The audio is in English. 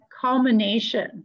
culmination